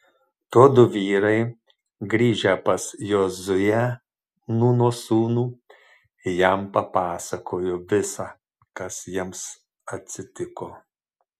tuodu vyrai grįžę pas jozuę nūno sūnų jam papasakojo visa kas jiems atsitiko